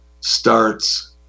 starts